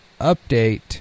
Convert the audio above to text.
update